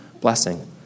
blessing